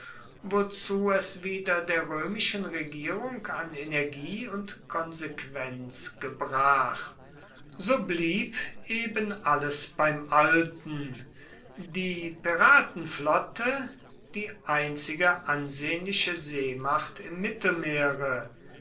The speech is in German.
wozu es wieder der römischen regierung an energie und konsequenz gebrach so blieb eben alles beim alten die piratenflotte die einzige ansehnliche seemacht im mittelmeere